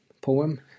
poem